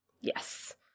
yes